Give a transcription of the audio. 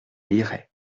lirait